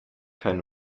kein